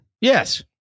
Yes